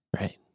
right